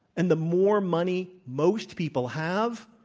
and the more money most people have